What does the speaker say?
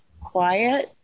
quiet